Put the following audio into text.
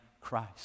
Christ